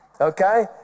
okay